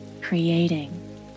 creating